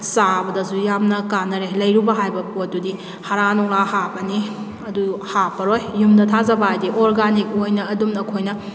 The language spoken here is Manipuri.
ꯆꯥꯕꯗꯁꯨ ꯌꯥꯝꯅ ꯀꯥꯟꯅꯔꯦ ꯂꯩꯔꯨꯕ ꯍꯥꯏꯕ ꯄꯣꯠꯇꯨꯗꯤ ꯍꯥꯔꯥ ꯅꯨꯡꯂꯥ ꯍꯥꯞꯄꯅꯤ ꯑꯗꯨ ꯍꯥꯞꯄꯔꯣꯏ ꯌꯨꯝꯗ ꯊꯥꯖꯕ ꯍꯥꯏꯕꯗꯤ ꯑꯣꯔꯒꯥꯅꯤꯛ ꯑꯣꯏꯅ ꯑꯗꯨꯝ ꯑꯩꯈꯣꯏꯅ